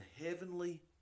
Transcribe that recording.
heavenly